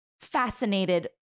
fascinated